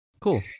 Cool